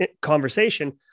conversation